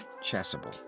Chasuble